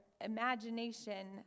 imagination